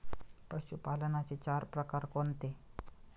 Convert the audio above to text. पशुपालनाचे चार प्रकार कोणते?